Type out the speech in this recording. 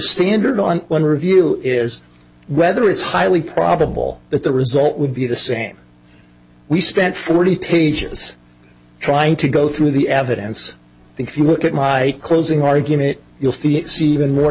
standard on one review is whether it's highly probable that the result would be the same we spent forty pages trying to go through the evidence if you look at my closing argument you'll feel see even more